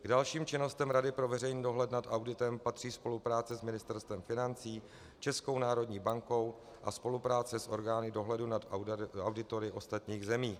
K dalším činnostem Rady pro veřejný dohled nad auditem patří spolupráce s Ministerstvem financí, Českou národní bankou a spolupráce s orgány dohledu nad auditory ostatních zemí.